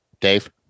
Dave